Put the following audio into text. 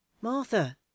Martha